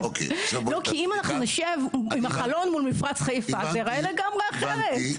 כי אם אנחנו נשב מול החלון במפרץ חיפה אז יראה לגמרי אחרת,